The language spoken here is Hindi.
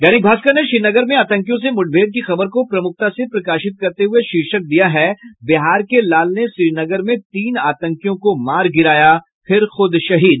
दैनिक भास्कर ने श्रीनगर में आतंकियों से मुठभेड़ की खबर को प्रमुखता से प्रकाशित करते हुये शीर्षक दिया है बिहार के लाल ने श्रीनगर में तीन आतंकियों को मार गिराया फिर खुद शहीद